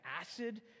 acid